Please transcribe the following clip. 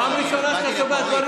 פעם ראשונה שאתה שומע דברים